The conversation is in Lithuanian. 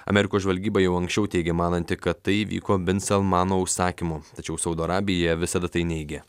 amerikos žvalgyba jau anksčiau teigė mananti kad tai įvyko bin salmano užsakymu tačiau saudo arabija visada tai neigė